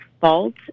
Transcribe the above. fault